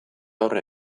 aurre